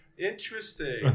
Interesting